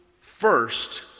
first